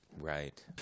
Right